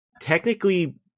technically